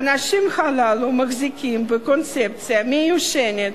האנשים הללו מחזיקים בקונספציה מיושנת,